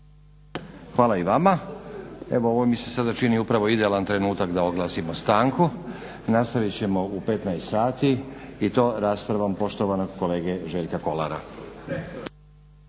Hvala i vama. Evo ovo mi se sada čini upravo idealan trenutak da oglasimo stanku. Nastavit ćemo u 15,00 sati i to raspravom poštovanog kolege Željka Kolara.